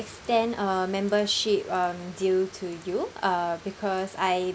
extend uh membership um due to you uh because I